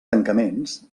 tancaments